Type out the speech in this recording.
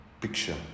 picture